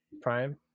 prime